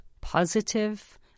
positive